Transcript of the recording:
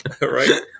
right